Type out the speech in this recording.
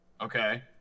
okay